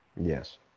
Yes